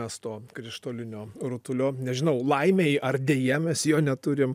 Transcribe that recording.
mes to krištolinio rutulio nežinau laimei ar deja mes jo neturim